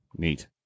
Neat